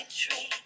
tree